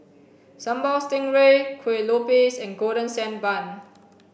sambal stingray kuih lopes and golden sand bun